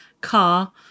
car